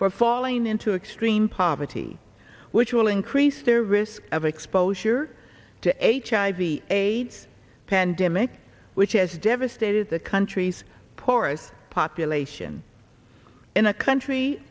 for falling into extreme poverty which will increase their risk of exposure to h i v aids pandemic which has devastated the country's poorest population in a country